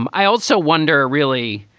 um i also wonder, really.